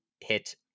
hit